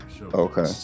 okay